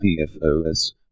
PFOS